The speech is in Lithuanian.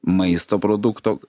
maisto produkto